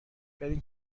برین